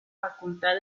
facultad